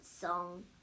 song